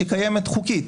שהיא קיימת חוקית,